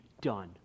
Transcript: done